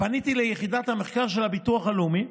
פניתי ליחידת המחקר שלך, הביטוח הלאומי,